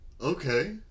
Okay